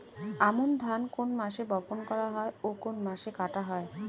আমন ধান কোন মাসে বপন করা হয় ও কোন মাসে কাটা হয়?